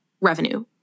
revenue